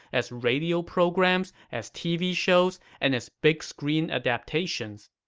as radio programs, as tv shows, and as big-screen adaptations.